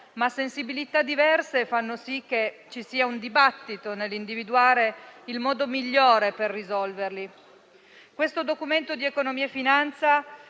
ma sensibilità diverse fanno sì che ci sia un dibattito nell'individuare il modo migliore per risolverli. Questo Documento di economia e finanza